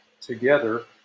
together